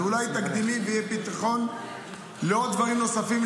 זה אולי תקדימי ויהיה פתח לדברים נוספים,